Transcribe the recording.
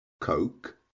Coke